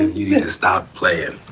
you got to stop playing.